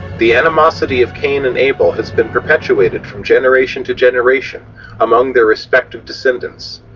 the animosity of cain and abel has been perpetuated from generation to generation among their respective descendants.